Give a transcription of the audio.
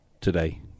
today